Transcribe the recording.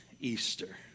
Easter